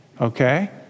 okay